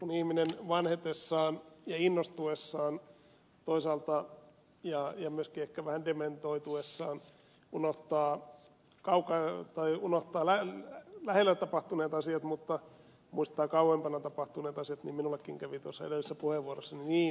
kun ihminen vanhetessaan ja innostuessaan toisaalta ja myöskin ehkä vähän dementoituessaan unohtaa lähellä tapahtuneet asiat mutta muistaa kauempana tapahtuneet asiat niin minullekin kävi tuossa edellisessä puheenvuorossani niin